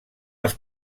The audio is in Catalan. les